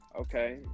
Okay